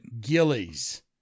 Gillies